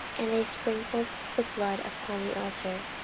and they sprinkled the blood upon the altar.